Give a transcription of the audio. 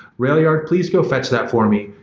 railyard, please go fetch that for me.